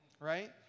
right